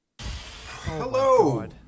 Hello